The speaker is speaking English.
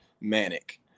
manic